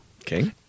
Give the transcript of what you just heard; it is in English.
Okay